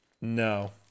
No